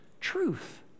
truth